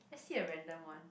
hit the random one